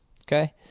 Okay